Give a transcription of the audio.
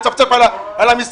לצפצף על המשרדים,